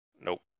Nope